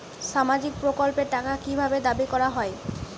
সামাজিক প্রকল্পের টাকা কি ভাবে দাবি করা হয়?